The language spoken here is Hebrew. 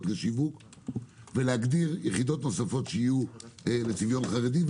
דיור לשיווק ולהגדיר יחידות נוספות שיהיו לצביון חרדי,